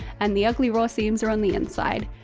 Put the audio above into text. and the ugly raw seams are on the inside.